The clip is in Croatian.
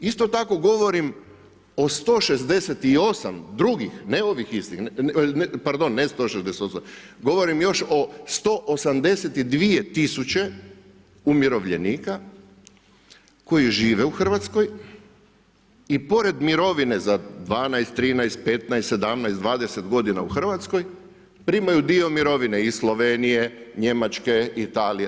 Isto tako govorim o 168 drugih, ne ovih istih, pardon, ne 168, govorim još o 182 tisuće umirovljenika koji žive u RH i pored mirovine za 12, 13, 15, 17, 20 godina u RH primaju dio mirovine iz Slovenije, Njemačke, Italije.